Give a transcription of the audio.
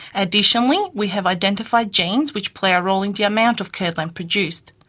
additionally we have identified genes which play a role in the amount of curdlan produced.